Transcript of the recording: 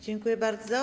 Dziękuję bardzo.